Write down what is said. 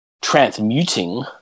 transmuting